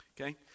Okay